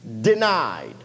denied